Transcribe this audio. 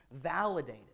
validated